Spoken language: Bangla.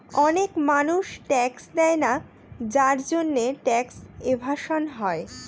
অনেক মানুষ ট্যাক্স দেয়না যার জন্যে ট্যাক্স এভাসন হয়